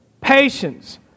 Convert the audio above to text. patience